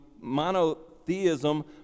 monotheism